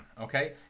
okay